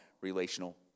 relational